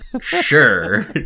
Sure